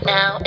Now